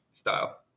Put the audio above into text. style